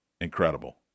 incredible